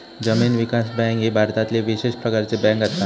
जमीन विकास बँक ही भारतातली विशेष प्रकारची बँक असा